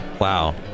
Wow